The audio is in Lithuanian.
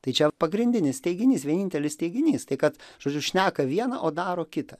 tai čia pagrindinis teiginys vienintelis teiginys tai kad žodžių šneka viena o daro kita